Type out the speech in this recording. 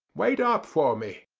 wait up for me.